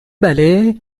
بله